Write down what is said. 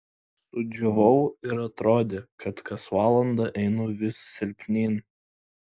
sudžiūvau ir atrodė kad kas valandą einu vis silpnyn